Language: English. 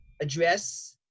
address